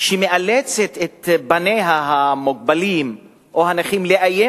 שמאלצת את בניה המוגבלים או הנכים לאיים